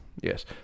Yes